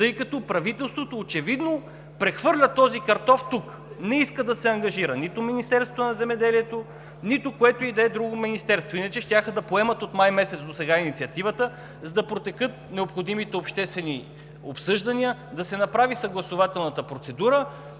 тъй като правителството очевидно прехвърля „този картоф“ тук – не иска да се ангажира нито Министерството на земеделието, нито което и да е друго министерство. Иначе щяха да поемат инициативата от месец май досега, за да протекат необходимите обществени обсъждания, да се направи съгласувателната процедура